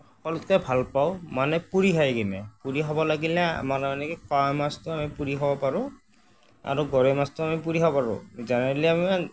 সকলোতকৈ ভাল পাওঁ মানে পুৰি খাই কিনে পুৰি খাব লাগিলে আমাৰ মানে কি কাৱৈ মাছটো আমি পুৰি খাব পাৰোঁ আৰু গৰৈ মাছটো আমি পুৰি খাব পাৰোঁ জেনেৰেলি আমি